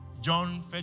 John